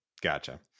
Gotcha